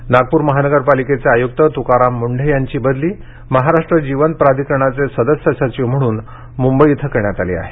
मुंढे बदली नागपूर महानगर पालिकेचे आयुक्त तुकाराम मुंढे यांची बदली महाराष्ट्र जीवन प्राधिकरणाचे सदस्य सचिव म्हणून मुंबई इथं करण्यात आली आहे